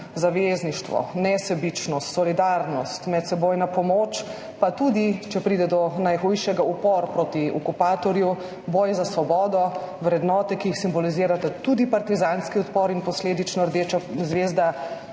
zavezništvo, nesebičnost, solidarnost, medsebojna pomoč, pa tudi, če pride do najhujšega, upor proti okupatorju, boj za svobodo, vrednote, ki jih simbolizirata tudi partizanski odpor in posledično rdeča zvezda,